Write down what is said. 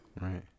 Right